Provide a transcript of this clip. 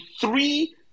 three